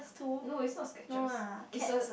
no it's not Skechers it's a